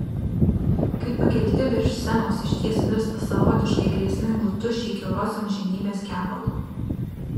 kai pakelti virš scenos išties virsta savotiškai grėsmingu tuščiai kiauros amžinybės kevalu